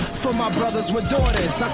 for my brothers with daughters, i